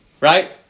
right